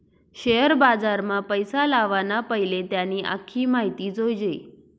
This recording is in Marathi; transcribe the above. शेअर बजारमा पैसा लावाना पैले त्यानी आख्खी माहिती जोयजे